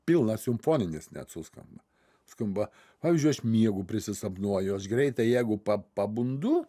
pilnas simfoninis net suskamba skamba pavyzdžiui aš miegu prisisapnuoju aš greitai jeigu pa pabundu